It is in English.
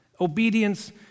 obedience